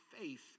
faith